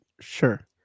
sure